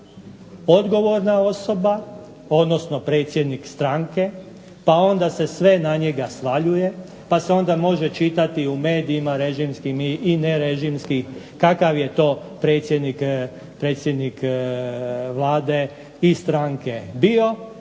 odgovorna osoba, odnosno predsjednik stranke pa onda se sve na njega svaljuje pa se onda može čitati u medijima režimskim i nerežimskim kakav je to predsjednik Vlade i stranke bio